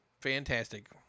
fantastic